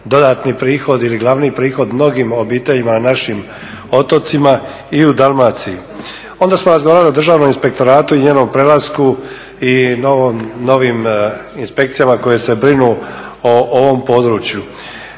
dodatni prihod ili glavni prihod mnogim obiteljima na našim otocima i u Dalmaciji. Ona samo razgovarali o Državnom inspektoratu i njenom prelasku i novim inspekcijama koje se brinu o ovom području.